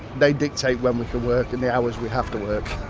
they dictate when we can work and the hours we have to work.